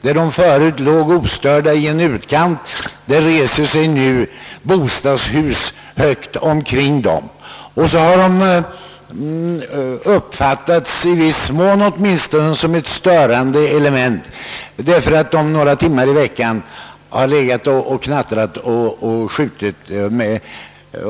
Där de förut låg ostörda i en utkant reser sig nu bostadshus högt omkring dem. Och så har skyttarna, i viss mån åtminstone, uppfattats som ett störande element därför att de några timmar i veckan har legat och knattrat och skjutit.